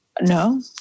No